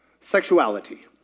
sexuality